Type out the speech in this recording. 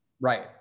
Right